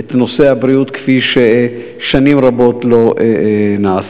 את נושא הבריאות כפי ששנים רבות לא נעשה,